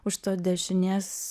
už to dešinės